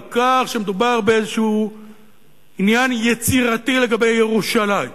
כך שמדובר באיזה עניין יצירתי לגבי ירושלים.